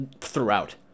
throughout